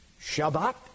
Shabbat